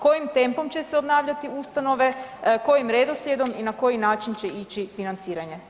Kojim tempom će se obnavljati ustanove, kojim redoslijedom i na koji način će ići financiranje?